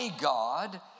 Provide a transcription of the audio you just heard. God